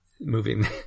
moving